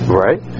right